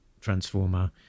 transformer